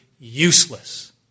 Useless